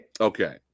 Okay